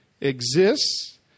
exists